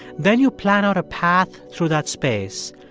then you plan out a path through that space,